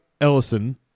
Ellison